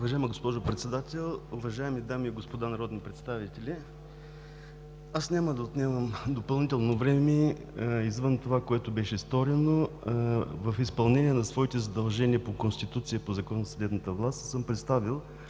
Уважаема госпожо Председател, уважаеми дами и господа народни представители! Аз няма да отнемам допълнително време извън това, което беше сторено. В изпълнение на своите задължения по Конституция и по Закона за съдебната власт съм представил